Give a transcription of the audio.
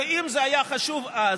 ואם זה היה חשוב אז,